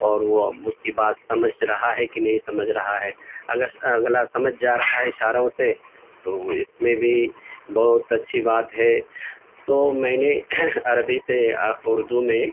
اور وہ اس کی بات سمجھ رہا ہے کہ نہیں سمجھ رہا ہے اگر اگلا سمجھ جا رہا ہے تو اشاروں سے تو اس میں بھی بہت اچھی بات ہے تو میں نے عربی سے اردو میں